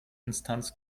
instanz